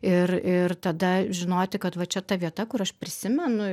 ir ir tada žinoti kad va čia ta vieta kur aš prisimenu